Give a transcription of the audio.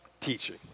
teaching